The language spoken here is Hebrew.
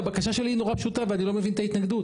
והבקשה שלי היא נורא פשוטה ואני לא מבין את ההתנגדות.